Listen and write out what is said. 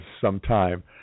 sometime